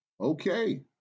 okay